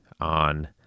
on